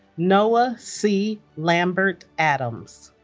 noah c. lambert-adams